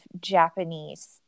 japanese